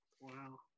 Wow